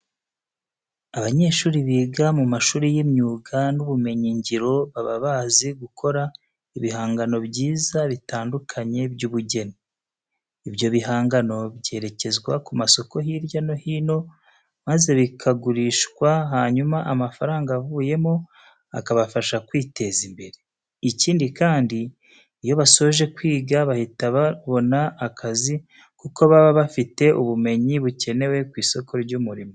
Abanyeshuri biga mu mashuri y'imyuga n'ubumenyingiro baba bazi gukora ibihangano byiza bitandukanye by'ubugeni. Ibyo bihangano byerekezwa ku masoko hirya no hino maze bikagurishwa, hanyuma amafaranga avuyemo akabafasha kwiteza imbere. Ikindi kandi, iyo basoje kwiga bahita babona akazi kuko baba bafite ubumenyi bukenewe ku isoko ry'umurimo.